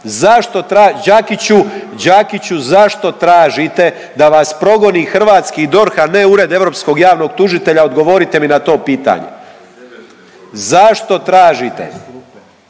zašto traž…, Đakiću, Đakiću zašto tražite da vas progoni hrvatski DORH-a, a ne Ured europskog javnog tužitelja? Odgovorite mi na to pitanje. Zašto tražite,